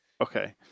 Okay